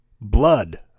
blood